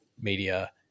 media